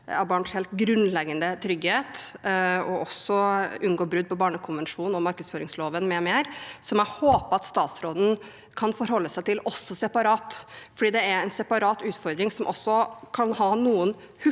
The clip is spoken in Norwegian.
av barns helt grunnleggende trygghet – også det å unngå brudd på barnekonvensjonen og markedsføringsloven m.m. – som jeg håper at statsråden kan forholde seg til også separat, for det er en separat utfordring som også kan ha noen